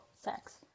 sex